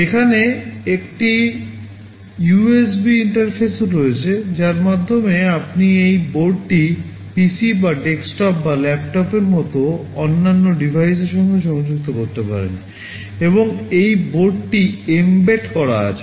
এখানে একটি USB ইন্টারফেসও রয়েছে যার মাধ্যমে আপনি এই বোর্ডটি PC বা ডেস্কটপ বা ল্যাপটপের মতো অন্যান্য ডিভাইসের সাথে সংযুক্ত করতে পারেন এবং এই বোর্ডটি mbed করা আছে